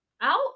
out